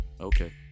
Okay